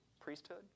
priesthood